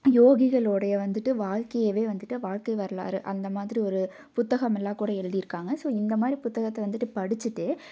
யோகிகளோடைய வந்துவிட்டு வாழ்கையவே வந்துவிட்டு வாழ்க்கை வரலாறு அந்தமாதிரி ஒரு புத்தகமெல்லாம் கூட எழுதிருக்காங்க ஸோ இந்தமாதிரி புத்தகத்தை வந்துவிட்டு படிச்சிவிட்டு